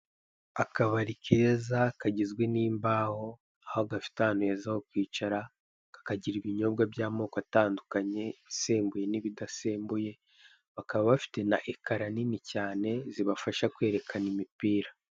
Akabari keza kagizwe n'imbaho aho gafite ahantu heza ho kwicara, kakagira ibinyobwa by'amoko atandukanye ibisembuye n'ibidasembuye bakaba bafite na ekara nini cyane zibafasha kwerekana imipira.